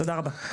תודה רבה.